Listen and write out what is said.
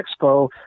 expo